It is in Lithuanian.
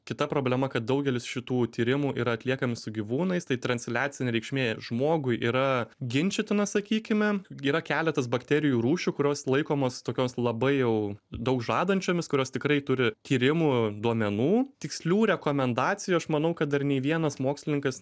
kita problema kad daugelis šitų tyrimų yra atliekami su gyvūnais tai transliacinė reikšmė žmogui yra ginčytina sakykime yra keletas bakterijų rūšių kurios laikomos tokios labai jau daug žadančiomis kurios tikrai turi tyrimų duomenų tikslių rekomendacijų aš manau kad dar nė vienas mokslininkas